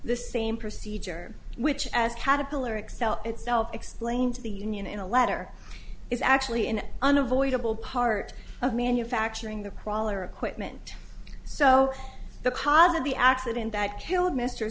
the same procedure which as caterpillar excel itself explained to the union in a letter is actually an unavoidable part of manufacturing the crawler equipment so the cause of the accident that killed mr